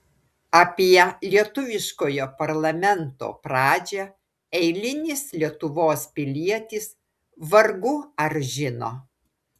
apie lietuviškojo parlamento pradžią eilinis lietuvos pilietis vargu ar žino